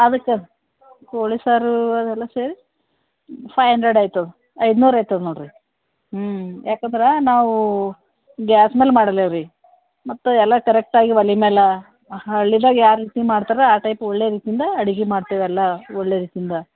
ಅದಕ್ಕೆ ಕೋಳಿ ಸಾರೂ ಅದೆಲ್ಲ ಸೇರಿ ಫೈ ಹಂಡ್ರೆಡ್ ಆಯ್ತದೆ ಐದು ನೂರು ಆಯ್ತದೆ ನೋಡಿರಿ ಹ್ಞೂ ಯಾಕಂದ್ರೆ ನಾವು ಗ್ಯಾಸ್ ಮೇಲೆ ಮಾಡೋಲ್ಲ ರೀ ಮತ್ತೆ ಎಲ್ಲ ಕರೆಕ್ಟಾಗಿ ಒಲೆ ಮೇಲೆ ಹಳ್ಳಿದಾಗೆ ಯಾ ರೀತಿ ಮಾಡ್ತಾರೆ ಆ ಟೈಪ್ ಒಳ್ಳೆ ರೀತಿಯಿಂದ ಅಡಿಗೆ ಮಾಡ್ತೇವೆಲ್ಲ ಒಳ್ಳೆ ರೀತಿಂದ